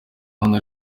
bandi